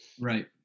right